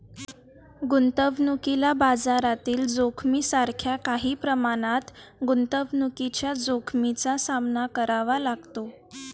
गुंतवणुकीला बाजारातील जोखमीसारख्या काही प्रमाणात गुंतवणुकीच्या जोखमीचा सामना करावा लागतो